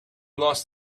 lost